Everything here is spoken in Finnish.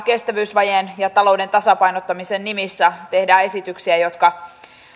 kestävyysvajeen ja talouden tasapainottamisen nimissä tehdään esityksiä jotka